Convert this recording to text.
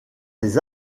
des